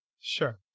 Sure